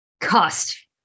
cost